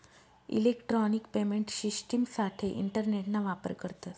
electronic payment शिश्टिमसाठे इंटरनेटना वापर करतस